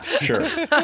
Sure